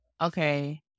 okay